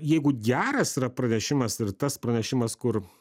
jeigu geras yra pranešimas ir tas pranešimas kur